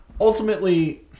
ultimately